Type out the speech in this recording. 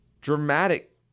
dramatic